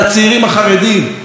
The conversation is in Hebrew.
לצה"ל,